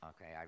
okay